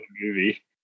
movie